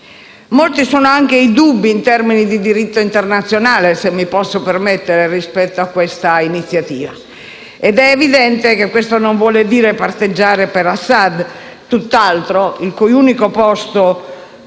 Molti sono anche i dubbi in termini di diritto internazionale, se mi posso permettere, rispetto a questa iniziativa, ed è evidente che questo non vuol dire parteggiare per Assad - tutt'altro -, il cui unico posto,